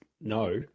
no